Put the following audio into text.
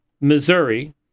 Missouri